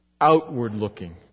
outward-looking